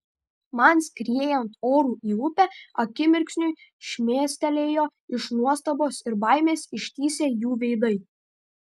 man skriejant oru į upę akimirksniui šmėstelėjo iš nuostabos ir baimės ištįsę jų veidai